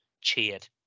cheered